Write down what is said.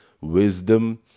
wisdom